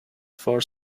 far